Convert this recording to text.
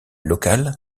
locale